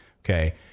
Okay